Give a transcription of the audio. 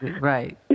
right